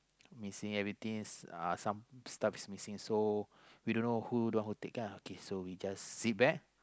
missing everything uh some stuff is missing so we don't know who don't who take lah so we just sit back